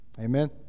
Amen